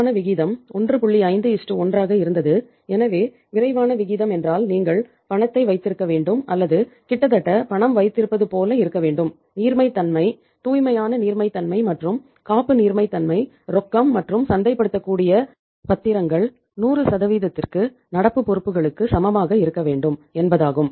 51 ஆகா இருந்தது எனவே விரைவான விகிதம் என்றால் நீங்கள் பணத்தை வைத்திருக்க வேண்டும் அல்லது கிட்டத்தட்ட பணம் வைத்திருப்பது போல இருக்க வேண்டும் நீர்மைத்தன்மை தூய்மையான நீமைத்தன்மை மற்றும் காப்புப் நீமைத்தன்மை ரொக்கம் மற்றும் சந்தைப்படுத்தக்கூடிய பத்திரங்கள் 100 க்கு நடப்பு பொறுப்புகளுக்கு சமமாக இருக்க வேண்டும் என்பதாகும்